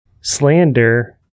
slander